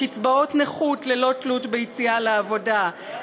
קצבאות נכות ללא תלות ביציאה לעבודה,